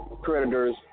creditors